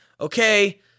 okay